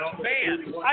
Man